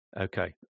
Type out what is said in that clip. Okay